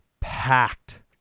packed